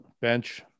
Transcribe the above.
bench